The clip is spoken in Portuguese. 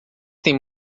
têm